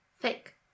Fake